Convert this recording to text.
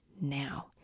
now